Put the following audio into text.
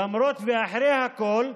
למרות ואחרי הכול,